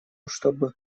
чтобы